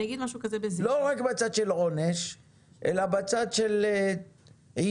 לא רק בצד של עונש אלא בצד של עידוד,